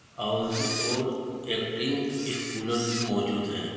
house اور acting scholars موجود ہیں